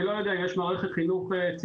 אני לא יודע אם יש מערכת חינוך ציבורית